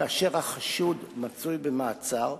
כאשר החשוד מצוי במעצר,